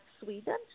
Sweden